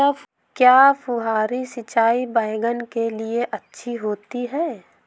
क्या फुहारी सिंचाई बैगन के लिए अच्छी होती है?